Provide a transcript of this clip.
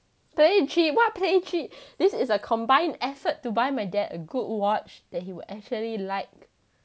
play cheat what play cheat this is a combined effort to buy my dad a good watch that he would actually like